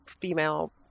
female